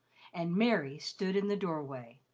and mary stood in the door-way.